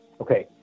Okay